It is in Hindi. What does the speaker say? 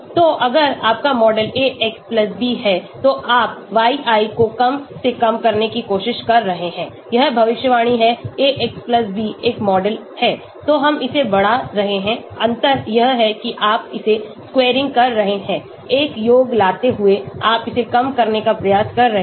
तो अगर आपका मॉडल ax b है तो आप yi को कम से कम करने की कोशिश कर रहे हैं यह भविष्यवाणी है ax b एक मॉडल है तो हम इसे बढ़ा रहे हैं अंतर यह है कि आप इसे squaring कर रहे हैं एक योग लेते हुए आप इसे कम करने का प्रयास कर रहे हैं